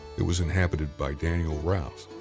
it was inhabited by daniel rouse,